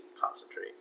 concentrate